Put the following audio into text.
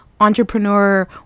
entrepreneur